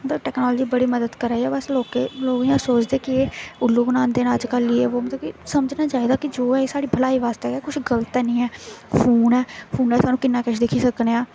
technology बड़ी मदद करा दी ऐ बस लोक इ'यां सोचदे कि एह् उल्लू बनांदे न अज्जकल एह् बो मतलब कि समझना चाहिदा कि जो ऐ साढ़ी भलाई आस्तै गै कुछ गलत नेईं ऐ फोन ऐ फोनै च सानूं किन्ना किश दिक्खी सकने आं